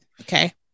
Okay